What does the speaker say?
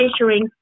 measuring